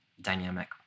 dynamic